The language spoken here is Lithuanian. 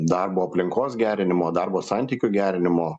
darbo aplinkos gerinimo darbo santykių gerinimo